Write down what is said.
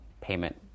payment